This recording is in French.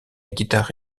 guitare